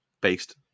based